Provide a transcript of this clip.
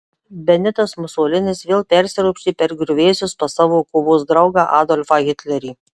benitas musolinis vėl persiropštė per griuvėsius pas savo kovos draugą adolfą hitlerį